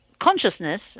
consciousness